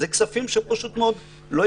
זה כסף שפשוט לא ייגבה.